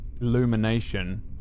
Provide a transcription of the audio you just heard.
Illumination